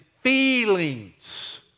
feelings